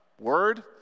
word